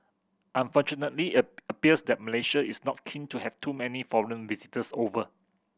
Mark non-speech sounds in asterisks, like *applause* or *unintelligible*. unfortunately *unintelligible* appears that Malaysia is not keen to have too many foreign visitors over